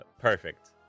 perfect